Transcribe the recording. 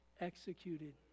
executed